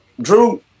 Drew